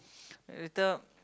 later